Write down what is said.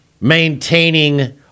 maintaining